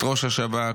את ראש השב"כ